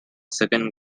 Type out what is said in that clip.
second